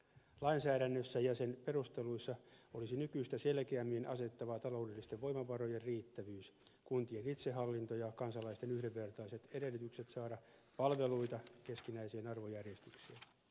lainsäädännössä ja sen perusteluissa olisi nykyistä selkeämmin asetettava taloudellisten voimavarojen riittävyys kuntien itsehallinto ja kansalaisten yhdenvertaiset edellytykset saada palveluita keskinäiseen arvojärjestykseen